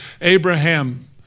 Abraham